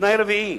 תנאי רביעי,